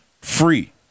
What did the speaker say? free